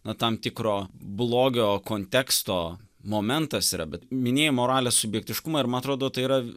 na tam tikro blogio konteksto momentas yra bet minėjai moralės subjektiškumą ir man atrodo tai yra